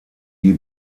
die